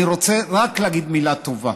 אני רוצה רק להגיד מילה טובה,